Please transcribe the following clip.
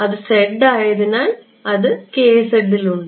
അത് z ആയതിനാൽ അത് ൽ ഉണ്ട്